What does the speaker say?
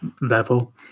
level